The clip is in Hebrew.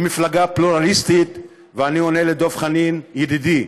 היא מפלגה פלורליסטית, ואני עונה לדב חנין ידידי,